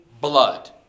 blood